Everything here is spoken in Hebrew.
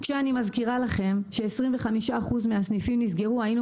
אני מזכירה לכם ש-25 אחוזים מהסניפים נסגרו ואז היינו